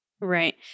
Right